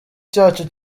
cyacu